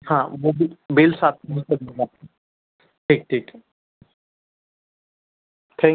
हाँ वो bill bill साथ में तो दूँगा ठीक ठीक है थैंक